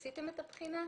עשיתם את הבחינה?